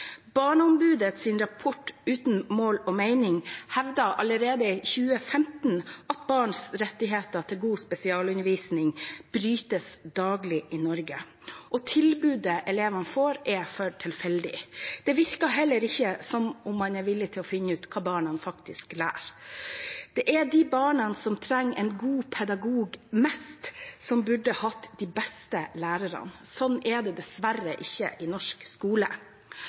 rapport «Uten mål og mening?» hevdet allerede i 2015 at barns rett til god spesialundervisning brytes daglig i Norge. Og tilbudet elevene får, er for tilfeldig. Det virker heller ikke som om man er villig til å finne ut hva barna faktisk lærer. Det er de barna som mest trenger en god pedagog, som burde hatt de beste lærerne. Sånn er det dessverre ikke i norsk skole.